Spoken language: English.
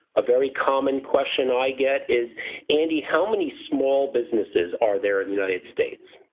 a very common question i get is andy, how many small businesses are there in the united states?